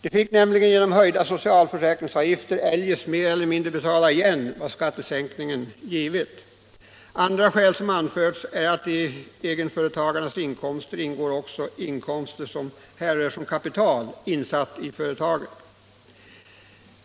De fick nämligen genom höjda socialförsäkringsavgifter eljest mer eller mindre betala igen vad skattesänkningen hade givit. Andra skäl som har anförts är att i egenföretagarnas inkomster ingår också inkomster som härrör sig från kapital som är insatt i företaget.